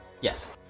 Yes